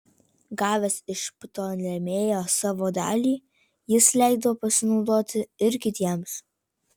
gavęs iš ptolemėjo savo dalį jis leido pasinaudoti ir kitiems